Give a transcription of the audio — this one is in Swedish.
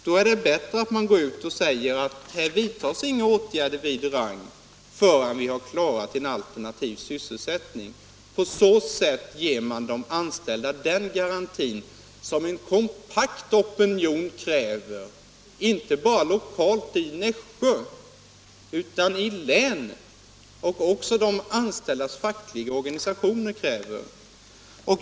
Då är det väl bättre att säga att inga åtgärder skall vidtas vid Rang förrän en alternativ sysselsättning är ordnad. På så sätt ger man de anställda den garanti som en kompakt opinion kräver, inte bara lokalt i Nässjö utan också i länet och de anställdas fackliga organisationer.